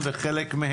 אז אם ככה,